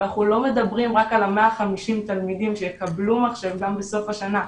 ואנחנו לא מדברים רק על ה-150,000 תלמידים שיקבלו מחשב גם בסוף השנה,